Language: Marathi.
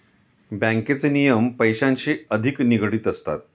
बँकेचे नियम पैशांशी अधिक निगडित असतात